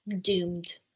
doomed